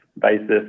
basis